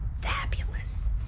fabulous